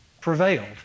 prevailed